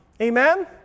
Amen